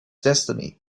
destiny